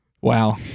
Wow